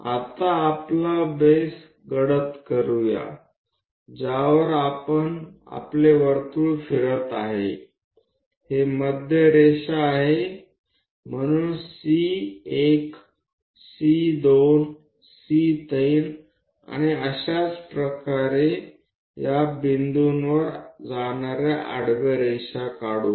आता आपला बेस गडद करू या ज्यावर आपले वर्तुळ फिरत आहे हे मध्य रेषे आहेत म्हणून C 1 C 2 C 3 आणि अशाच प्रकारे या बिंदूंवर जाणाऱ्या आडव्या रेषा काढू